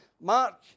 Mark